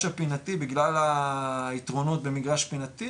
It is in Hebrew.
הפינתי בגלל היתרונות במגרש פינתי,